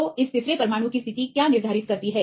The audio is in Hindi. तो इस तीसरे परमाणु की स्थिति क्या निर्धारित करती है